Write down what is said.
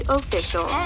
Official